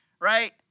right